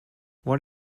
what